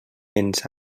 ens